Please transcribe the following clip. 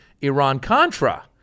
Iran-Contra